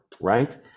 right